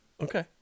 Okay